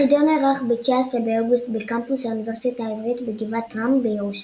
החידון נערך ב-19 באוגוסט בקמפוס האוניברסיטה העברית בגבעת רם בירושלים.